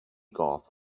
golf